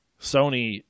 Sony